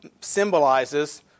symbolizes